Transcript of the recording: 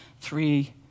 three